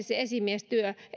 se esimiestyö